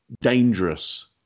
dangerous